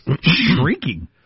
Shrieking